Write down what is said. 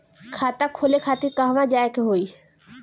खाता खोले खातिर कहवा जाए के होइ?